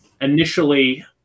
initially